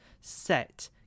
set